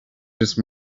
just